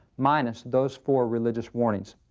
minus those four religious warnings.